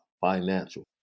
financial